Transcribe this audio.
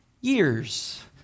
years